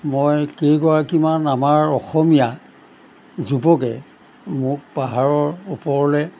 মই কেইগৰাকীমান আমাৰ অসমীয়া যুৱকে মোক পাহাৰৰ ওপৰলৈ